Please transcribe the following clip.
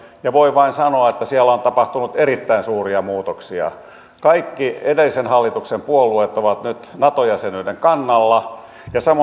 ja voin vain sanoa että siellä on tapahtunut erittäin suuria muutoksia kaikki edellisen hallituksen puolueet ovat nyt nato jäsenyyden kannalla ja samoin kansalaisten enemmistö on